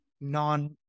non